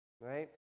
right